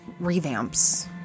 revamps